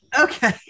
okay